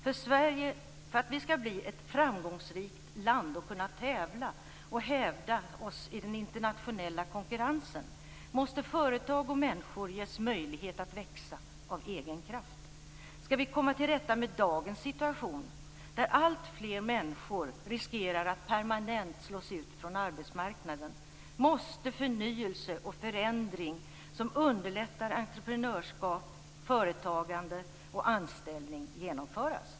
För att Sverige skall bli framgångsrikt och kunna hävda sig i den internationella konkurrensen måste företag och människor ges möjlighet att växa av egen kraft. Skall vi komma till rätta med dagens situation, där alltfler människor riskerar att permanent slås ut från arbetsmarknaden, måste förnyelse och förändringar som underlättar entreprenörskap, företagande och anställning genomföras.